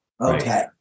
Okay